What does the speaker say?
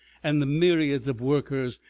and the myriads of workers,